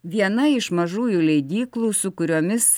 viena iš mažųjų leidyklų su kuriomis